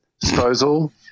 disposal